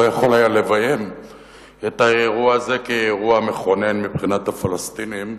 יכול היה לביים את האירוע הזה כאירוע מכונן מבחינת הפלסטינים.